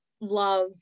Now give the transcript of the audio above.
love